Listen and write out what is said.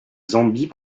zambie